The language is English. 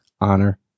Honor